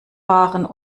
waren